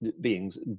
beings